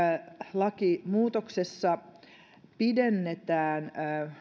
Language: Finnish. lakimuutoksessa pidennetään